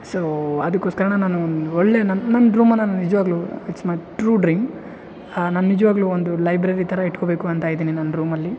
so ಅದಕೋಸ್ಕರನೆ ನಾನು ಒಳ್ಳೆ ನನ್ನ ನನ್ನ ರೂಮನ್ನು ನಾನು ನಿಜವಾಗ್ಲು ಇಟ್ಸ್ ಮೈ ಟ್ರು ಡ್ರೀಮ್ ನಾನು ನಿಜವಾಗಲು ಒಂದು ಲೈಬ್ರೆರಿ ಥರ ಇಟ್ಕೋಬೇಕು ಅಂತ ಇದೀನಿ ನನ್ನ ರೂಮಲ್ಲಿ